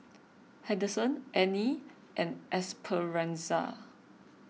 Henderson Anie and Esperanza